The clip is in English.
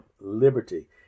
liberty